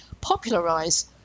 popularize